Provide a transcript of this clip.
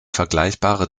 vergleichbare